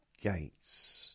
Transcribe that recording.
gates